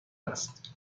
است